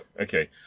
Okay